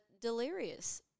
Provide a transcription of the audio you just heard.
delirious